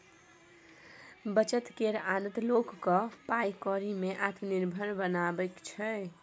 बचत केर आदत लोक केँ पाइ कौड़ी में आत्मनिर्भर बनाबै छै